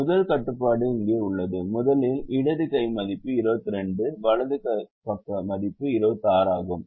இப்போது முதல் கட்டுப்பாடு இங்கே உள்ளது முதலில் இடது கை மதிப்பு 22 வலது கை பக்க மதிப்பு 26 ஆகும்